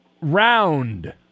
Round